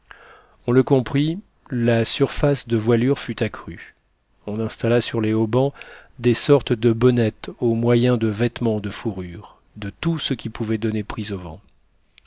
on le comprit la surface de voilure fut accrue on installa sur les haubans des sortes de bonnettes au moyen de vêtements de fourrures de tout ce qui pouvait donner prise au vent